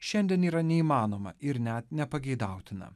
šiandien yra neįmanoma ir net nepageidautina